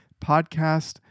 podcast